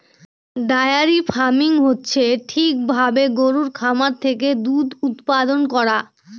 diary farming হচ্ছে ঠিক ভাবে গরুর খামার থেকে দুধ উৎপাদান করা